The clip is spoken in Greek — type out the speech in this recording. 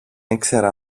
ήξερα